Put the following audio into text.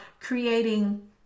creating